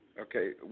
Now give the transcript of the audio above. Okay